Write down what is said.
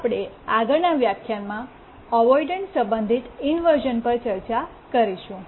આપણે આગળના વ્યાખ્યાનમાં અવોઇડન્સ સંબંધિત ઇન્વર્શ઼ન પર ચર્ચા કરીશું